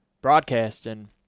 broadcasting